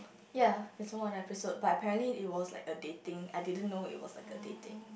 ye I saw one of the episode but apparently it was like a dating I didn't know it was like a dating